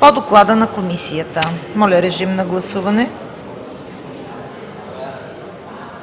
по Доклада на Комисията. Моля, отменете гласуването